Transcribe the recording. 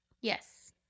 Yes